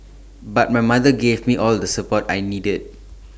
but my mother gave me all the support I needed